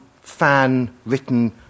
fan-written